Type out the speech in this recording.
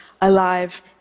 alive